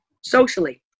socially